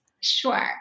Sure